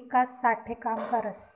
ईकास साठे काम करस